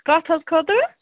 کَتھ حظ خٲطرٕ